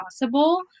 possible